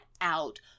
out